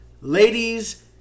Ladies